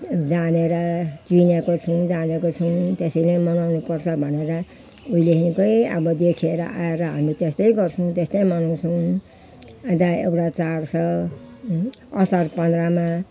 जानेर चिनेको छौँ जानेको छौँ त्यसैले मनाउनु पर्छ भनेर उहिलेदेखिकै अब देखेर आएर हामी त्यस्तै गर्छौँ त्यस्तै मनाउछौँ अन्त एउटा चाड छ असार पन्ध्रमा